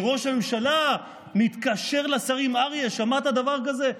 ראש הממשלה מתקשר לשרים, אריה, שמעת דבר כזה?